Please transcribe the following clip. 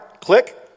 click